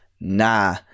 nah